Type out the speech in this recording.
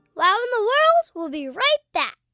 wow in the world will be right back.